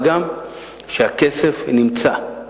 מה גם שהכסף נמצא.